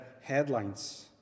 headlines